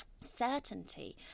certainty